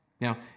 Now